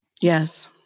Yes